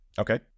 Okay